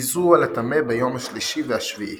היזו על הטמא ביום השלישי והשביעי.